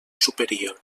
superior